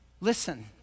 Listen